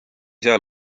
seal